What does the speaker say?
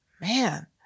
man